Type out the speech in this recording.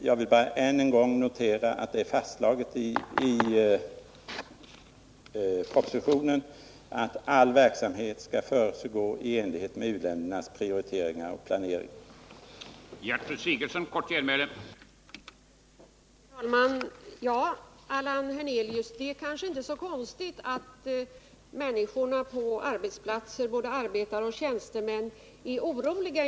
Jag vill bara än en gång notera att det är fastslaget i propositionen att all verksamhet skall försiggå i enlighet med uländernas egna prioriteringar och deras egen planering.